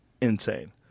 insane